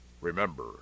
Remember